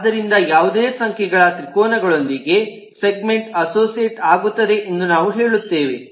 ಆದ್ದರಿಂದ ಯಾವುದೇ ಸಂಖ್ಯೆಗಳ ತ್ರಿಕೋನಗಳೊಂದಿಗೆ ಸೆಗ್ಮೆಂಟ್ ಅಸೋಸಿಯೇಟ್ ಆಗುತ್ತದೆ ಎಂದು ನಾವು ಹೇಳುತ್ತೇವೆ